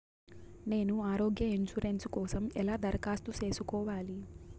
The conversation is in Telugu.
నేను ఆరోగ్య ఇన్సూరెన్సు కోసం ఎలా దరఖాస్తు సేసుకోవాలి